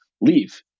leave